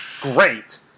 great